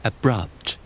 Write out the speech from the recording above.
Abrupt